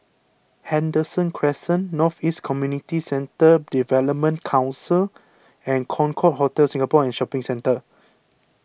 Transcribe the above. Henderson Crescent North East Community Centre Development Council and Concorde Hotel Singapore and Shopping Centre